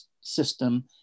system